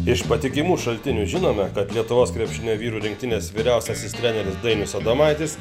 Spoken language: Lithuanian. iš patikimų šaltinių žinome kad lietuvos krepšinio vyrų rinktinės vyriausiasis treneris dainius adomaitis